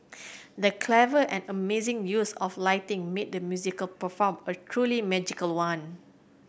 the clever and amazing use of lighting made the musical performance a truly magical one